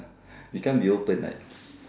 it can't be open right